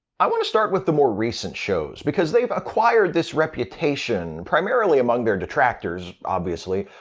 i wanna start with the more recent shows, because they've acquired this reputation, primarily among their detractors, obviously,